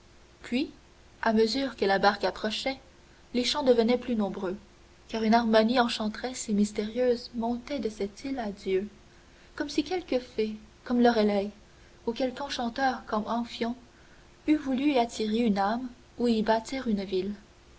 puis à mesure que la barque approchait les chants devenaient plus nombreux car une harmonie enchanteresse et mystérieuse montait de cette île à dieu comme si quelque fée comme lorelay ou quelque enchanteur comme amphion eût voulu y attirer une âme ou y bâtir une ville